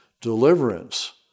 deliverance